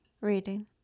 Reading